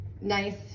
Nice